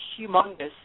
humongous